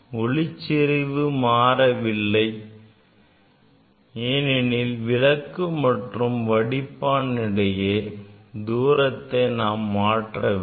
ஒளிச்செறிவு மாறவில்லை ஏனெனில் விளக்கு மற்றும் வடிப்பான் இடையேயான தூரத்தை நாம் மாற்றவில்லை